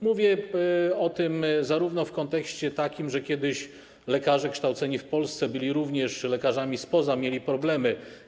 Mówię o tym też w takim kontekście, że kiedyś lekarze kształceni w Polsce byli również lekarzami spoza, mieli problemy.